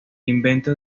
invento